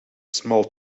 small